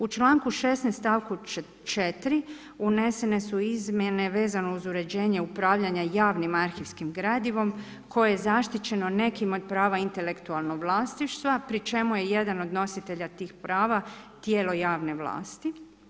U članku 16. stavku 4. unesene su izmjene vezano uz uređenje upravljanja javnim arhivskim gradivom koje je zaštićeno nekim od prava intelektualnog vlasništva pri čemu je jedan od nositelja tih prava tijelo javne vlasti.